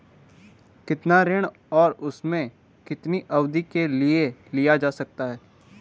कितना ऋण और उसे कितनी अवधि के लिए लिया जा सकता है?